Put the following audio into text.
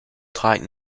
tight